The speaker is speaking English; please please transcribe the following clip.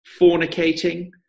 fornicating